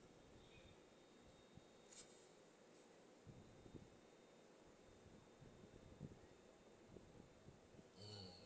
mm